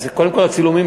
אז קודם כול הצילומים,